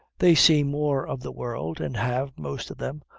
they see more of the world, and have, most of them,